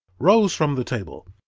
rose from the table,